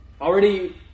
Already